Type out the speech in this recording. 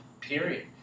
period